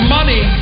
money